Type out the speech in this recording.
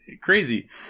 crazy